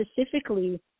specifically